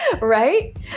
Right